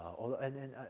although and then ah,